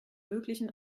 möglichen